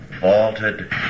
vaulted